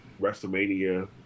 WrestleMania